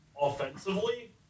offensively